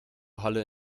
halle